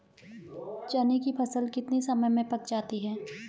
चने की फसल कितने समय में पक जाती है?